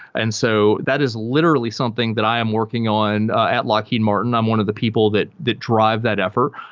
and so that is literally something that i am working on at lockheed martin. i'm one of the people that that drive that effort,